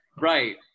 right